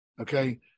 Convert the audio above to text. Okay